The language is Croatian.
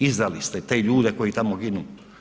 Izdali ste te ljude koji tamo ginu.